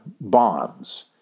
bonds